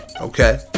Okay